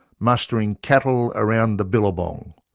mustering cattle around the billabong,